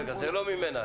זה לא ממנו.